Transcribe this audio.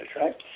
right